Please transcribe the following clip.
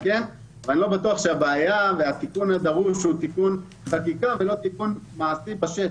אבל אני לא בטוח שהתיקון הדרוש הוא חקיקה ולא תיקון מעשי בשטח.